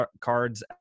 cards